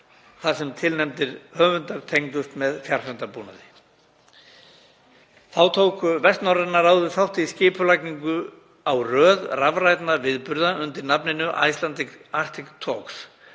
þar sem tilnefndir höfundar tengdust með fjarfundabúnaði. Þá tók Vestnorræna ráðið þátt í skipulagningu á röð rafrænna viðburða undir nafninu Icelandic Arctic Talks